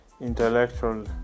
intellectual